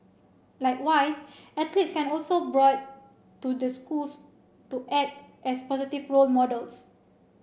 likewise athletes can also brought to the schools to act as positive role models